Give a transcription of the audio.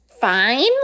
fine